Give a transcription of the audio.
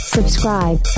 Subscribe